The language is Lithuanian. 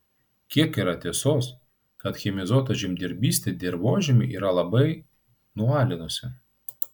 kiek yra tiesos kad chemizuota žemdirbystė dirvožemį yra labai nualinusi